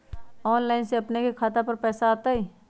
Online से अपने के खाता पर पैसा आ तई?